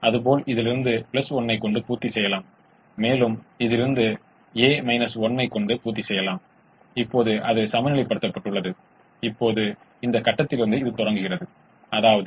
இப்போது மற்றொரு தீர்வை முயற்சிக்கிறோம் 25 25 எங்களுக்கு 3x2 6 5x3 15 21 மற்றும் 4x2 8 5x3 15 23 இது 24 இது சாத்தியமானது